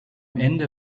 ende